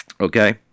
Okay